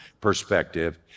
perspective